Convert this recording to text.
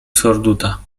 surduta